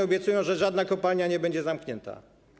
Obiecują, że żadna kopalnia nie będzie zamknięta.